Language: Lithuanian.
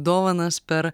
dovanas per